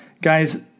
guys